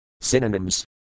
Synonyms